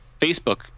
Facebook